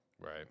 Right